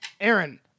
Aaron